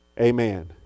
Amen